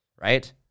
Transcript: right